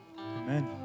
Amen